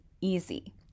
easy